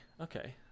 okay